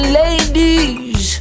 ladies